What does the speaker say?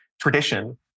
tradition